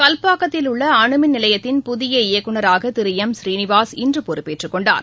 கல்பாக்கத்தில் உள்ள அணுமின் நிலையத்தின் புதிய இயக்குனராக திரு எம் சீனிவாஸ் இன்று பொறுப்பேற்றுக்கொண்டார்